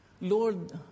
Lord